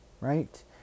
right